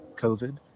COVID